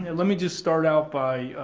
and let me just start out by,